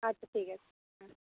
আচ্ছা ঠিক আছে হ্যাঁ